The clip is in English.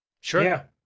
Sure